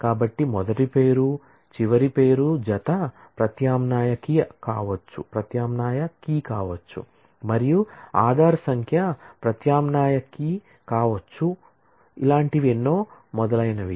కాబట్టి మొదటి పేరు చివరి పేరు జత ప్రత్యామ్నాయ కీ కావచ్చు మరియు ఆధార్ సంఖ్య ప్రత్యామ్నాయ కీ కావచ్చు మొదలైనవి